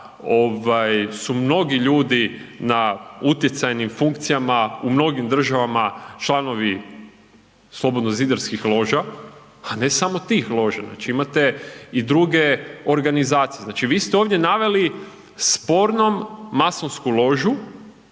su mnogi ljudi na utjecajnim funkcijama u mnogim državama članovi slobodnozidarskih loža, a ne samo tih loža znači imate i druge organizacije, znači vi ste ovdje naveli spornom masonsku ložu